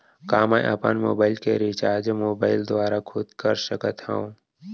का मैं अपन मोबाइल के रिचार्ज मोबाइल दुवारा खुद कर सकत हव?